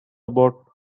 about